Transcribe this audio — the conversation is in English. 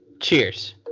cheers